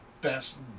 best